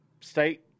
state